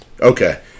Okay